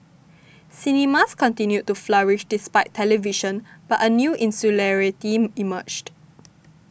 cinemas continued to flourish despite television but a new insularity emerged